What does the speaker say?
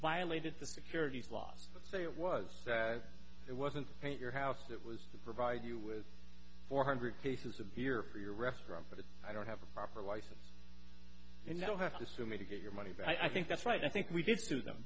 violated the securities laws say it was it wasn't your house it was to provide you with four hundred cases of beer for your restaurant but i don't have a proper license and you don't have to sue me to get your money back i think that's right i think we did to them